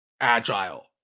agile